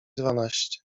dwanaście